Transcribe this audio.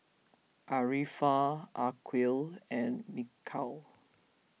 Arifa Aqil and Mikhail